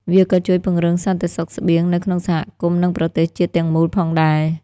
វាក៏ជួយពង្រឹងសន្តិសុខស្បៀងនៅក្នុងសហគមន៍និងប្រទេសជាតិទាំងមូលផងដែរ។